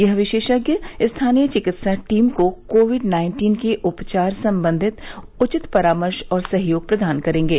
यह विशेषज्ञ स्थानीय चिकित्सा टीम को कोविड नाइन्टीन के उपचार संबंधी उचित परामर्श और सहयोग प्रदान करेंगे